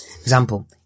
example